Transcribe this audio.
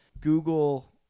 Google –